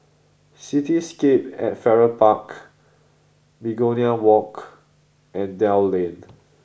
cityscape at Farrer Park Begonia Walk and Dell Lane